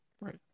Right